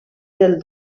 del